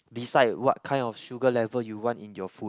decide what kind of sugar level you want in your food